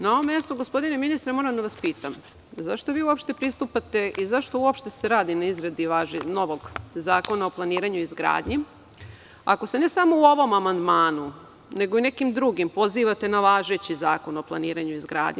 Na ovom mestu, gospodine ministre, moram da vas pitam – zašto vi uopšte pristupate i zašto uopšte se radi na izradi novog zakona o planiranju i izgradnji, ako se ne samo u ovom amandmanu, nego i nekim drugim, pozivate na važeći Zakon o planiranju i izgradnji?